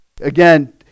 again